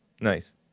nice